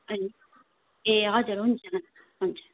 हजुर ए हजर हुन्छ म्याम हुन्छ